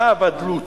זה הוודלו"צים.